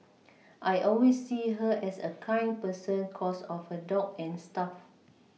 I always see her as a kind person cos of her dog and stuff